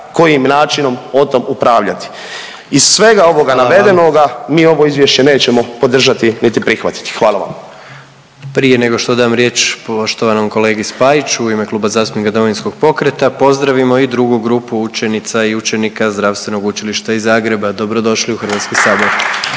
kojim načinom o tom upravljati. Iz svega ovoga navedenoga … …/Upadica predsjednik: Hvala./… … mi ovo izvješće nećemo podržati, niti prihvatiti. Hvala vam. **Jandroković, Gordan (HDZ)** Prije nego što dam riječ poštovanom kolegi Spajiću u ime Kluba zastupnika Domovinskog pokreta pozdravimo i drugu grupu učenica i učenika Zdravstvenog učilišta iz Zagreba. Dobro došli u Hrvatski sabor.